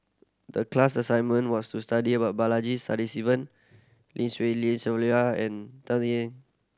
the class assignment was to study about Balaji Sadasivan Lim Swee Lian Sylvia and Dan Ying